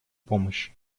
помощи